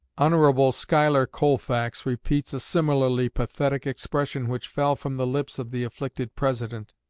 hon. schuyler colfax repeats a similarly pathetic expression which fell from the lips of the afflicted president.